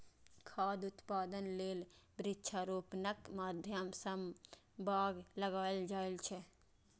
खाद्य उत्पादन लेल वृक्षारोपणक माध्यम सं बाग लगाएल जाए छै